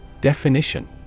Definition